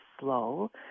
slow